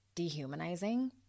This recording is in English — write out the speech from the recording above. Dehumanizing